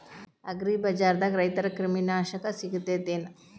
ಅಗ್ರಿಬಜಾರ್ದಾಗ ರೈತರ ಕ್ರಿಮಿ ನಾಶಕ ಸಿಗತೇತಿ ಏನ್?